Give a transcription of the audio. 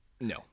No